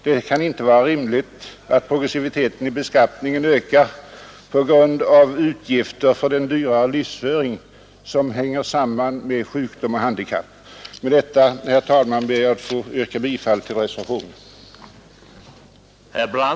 Det kan inte vara rimligt att progressiviteten i beskattningen ökar på grund av utgifter för den dyrare livsföring som hänger samman med sjukdom och handikapp. Herr talman! Med detta ber jag att få yrka bifall till reservationen.